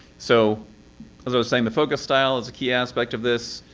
so as i was saying, the focus style is a key aspect of this.